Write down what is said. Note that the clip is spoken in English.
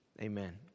amen